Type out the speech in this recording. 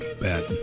bet